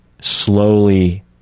slowly